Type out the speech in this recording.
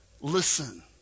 listen